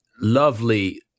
lovely